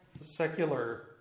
Secular